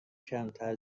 کمتر